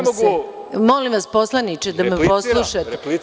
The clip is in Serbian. Molim vas, poslaniče da me poslušate.